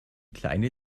kleine